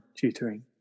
tutoring